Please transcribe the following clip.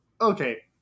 okay